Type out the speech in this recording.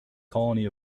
colony